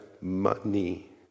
money